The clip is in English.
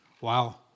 Wow